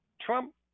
Trump